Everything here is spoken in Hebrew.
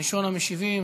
ראשון המשיבים,